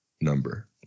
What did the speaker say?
number